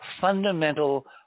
fundamental